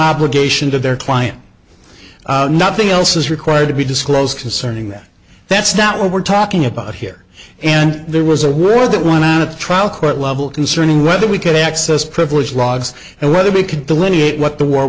obligation to their client nothing else is required to be disclosed concerning that that's not what we're talking about here and there was a word that one at the trial court level concerning whether we could access privileged logs and whether we could delineate what the war